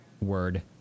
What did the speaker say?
word